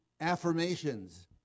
affirmations